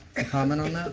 comment on